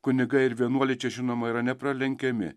kunigai ir vienuoliai čia žinoma yra nepralenkiami